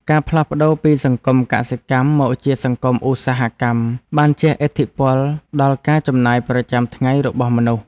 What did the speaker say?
ការផ្លាស់ប្ដូរពីសង្គមកសិកម្មមកជាសង្គមឧស្សាហកម្មបានជះឥទ្ធិពលដល់ការចំណាយប្រចាំថ្ងៃរបស់មនុស្ស។